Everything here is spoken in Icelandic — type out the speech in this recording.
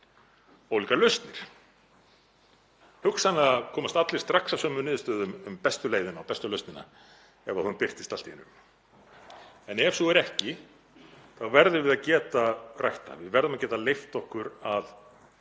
ólíkar lausnir. Hugsanlega komast allir strax að sömu niðurstöðu um bestu leiðina, bestu lausnina, ef hún birtist allt í einu. En ef svo er ekki þá verðum við að geta rætt það. Við verðum að geta leyft okkur að